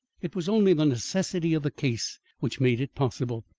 it was only the necessity of the case which made it possible.